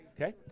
Okay